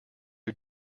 who